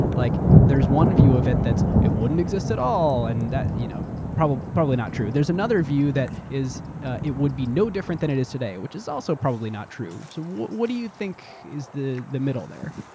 like there's one view of it that it wouldn't exist at all and you know probably probably not true. there's another view that it it would be no different than it is today, which is also probably not true. so what what do you think is the the middle there?